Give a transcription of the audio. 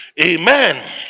Amen